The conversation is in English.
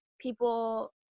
people